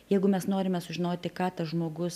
jeigu mes norime sužinoti ką tas žmogus